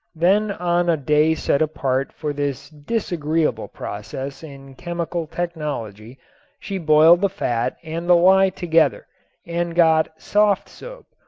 then on a day set apart for this disagreeable process in chemical technology she boiled the fat and the lye together and got soft soap,